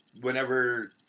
whenever